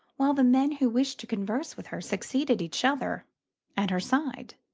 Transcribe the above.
while the men who wished to converse with her succeeded each other at her side.